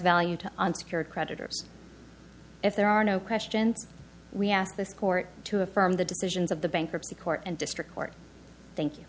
value to on secured creditors if there are no questions we ask this court to affirm the decisions of the bankruptcy court and district court thank